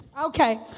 Okay